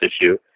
issue